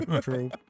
true